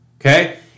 okay